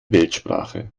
weltsprache